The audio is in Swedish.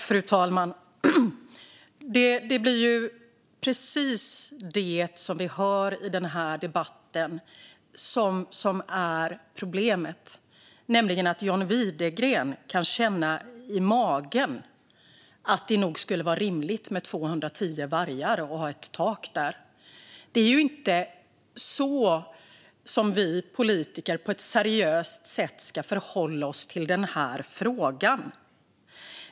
Fru talman! Det är precis det vi hör i denna debatt som är problemet, nämligen att John Widegren kan känna i magen att det nog skulle vara rimligt med ett tak på 210 vargar. Det är inte så vi politiker på ett seriöst sätt ska förhålla oss till denna fråga.